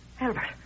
Albert